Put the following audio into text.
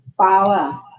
power